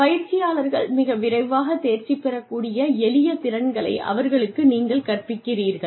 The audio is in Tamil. பயிற்சியாளர்கள் மிக விரைவாகத் தேர்ச்சி பெறக்கூடிய எளிய திறன்களை அவர்களுக்கு நீங்கள் கற்பிக்கிறீர்கள்